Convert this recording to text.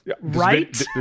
right